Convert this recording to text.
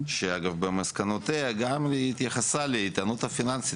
שבמסקנותיה התייחסה גם לאיתנות הפיננסית,